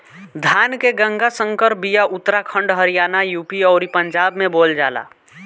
धान के गंगा संकर बिया उत्तराखंड हरियाणा, यू.पी अउरी पंजाब में बोअल जाला